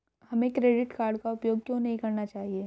हमें credit card का उपयोग क्यों नहीं करना चाहिए?